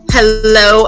Hello